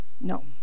No